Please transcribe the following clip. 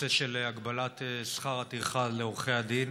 הנושא של הגבלת שכר הטרחה לעורכי הדין.